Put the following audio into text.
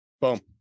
Boom